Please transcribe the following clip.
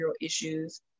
issues